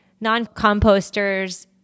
Non-composters